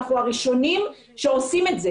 אנחנו הראשונים שעושים את זה.